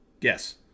Yes